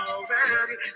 Already